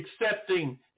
accepting